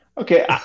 Okay